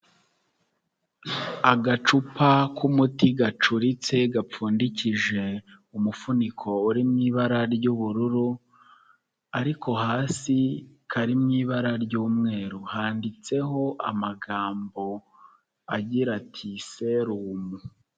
Agacupa k'umuti gacuritse gapfundikije umufuniko uri mu ibara ry'ubururu ariko hasi kari mu ibara ry'umweru, handitseho amagambo agira ati serumu.